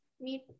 meet